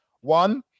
One